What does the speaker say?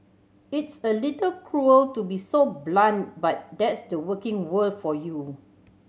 it's a little cruel to be so blunt but that's the working world for you